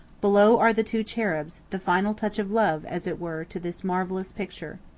below are the two cherubs, the final touch of love, as it were, to this marvellous picture.